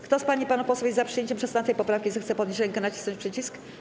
Kto z pań i panów posłów jest za przyjęciem 16. poprawki, zechce podnieść rękę i nacisnąć przycisk.